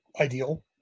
ideal